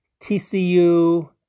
TCU